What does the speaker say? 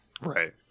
right